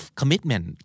commitment